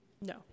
No